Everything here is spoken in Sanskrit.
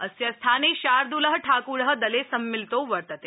अस्य स्थाने शार्द्रल ठाक्र दले सम्मिलितो वर्तते